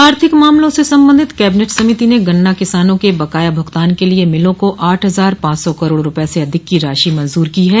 आर्थिक मामलों से संबंधित कैबिनेट समिति ने गन्ना किसानों के बकाया भुगतान के लिए मिलो को आठ हजार पांच सौ करोड़ रूपये से अधिक की राशि मंजूर की है